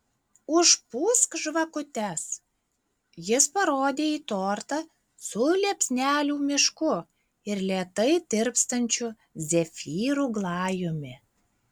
užpūsk žvakutes jis parodė į tortą su liepsnelių mišku ir lėtai tirpstančiu zefyrų glajumi